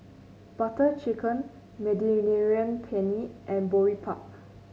Butter Chicken Mediterranean Penne and Boribap